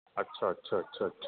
अच्छा अच्छा अच्छा